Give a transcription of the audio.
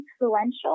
influential